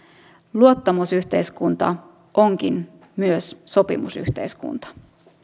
luottamusyhteiskunta onkin myös sopimusyhteiskunta